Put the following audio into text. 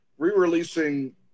Re-releasing